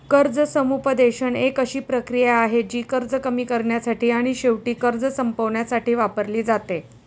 कर्ज समुपदेशन एक अशी प्रक्रिया आहे, जी कर्ज कमी करण्यासाठी आणि शेवटी कर्ज संपवण्यासाठी वापरली जाते